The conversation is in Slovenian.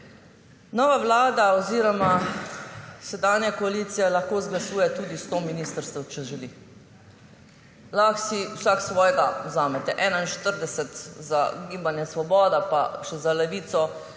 nova vlada oziroma sedanja koalicija lahko izglasuje tudi 100 ministrstev, če želi. Lahko si vsak svojega vzamete, 41 za Gibanje Svoboda pa še za Levico